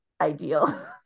ideal